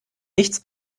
nichts